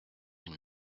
une